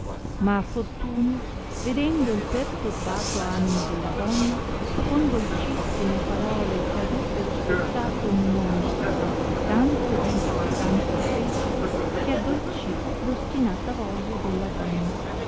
ma fortunio vedendo il perturbato animo della donna con dolcissime parole che arrebbeno spezzato un monte tanto disse e tanto fece che addolcì l'ostinata voglia della donna